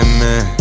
Amen